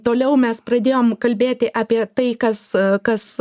toliau mes pradėjom kalbėti apie tai kas kas